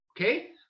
Okay